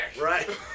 Right